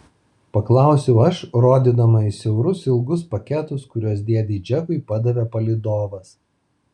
paklausiau aš rodydama į siaurus ilgus paketus kuriuos dėdei džekui padavė palydovas